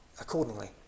accordingly